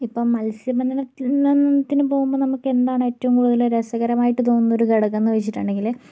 ഇപ്പോൾ മത്സ്യ ബന്ധനത്തിനു പോകുമ്പം നമുക്ക് എന്താണ് ഏറ്റവും കൂടുതല് രസകരമായിട്ട് തോന്നുന്നൊരു ഘടകം എന്നു വെച്ചിട്ടുണ്ടെങ്കില്